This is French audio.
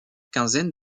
quinzaine